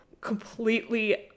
completely